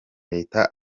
leta